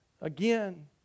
again